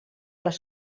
les